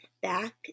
Back